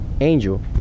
Angel